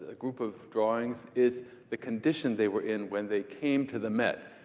ah group of drawings, is the condition they were in when they came to the met.